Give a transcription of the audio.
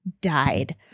died